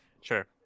Sure